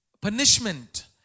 punishment